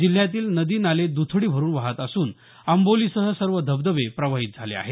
जिल्ह्यातील नदी नाले दथडी भरून वाहत असून आंबोलीसह सर्व धबधबे प्रवाहित झाले आहेत